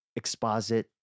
exposit